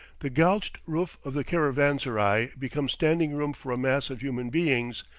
the galched roof of the caravanserai becomes standing room for a mass of human beings,